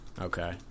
Okay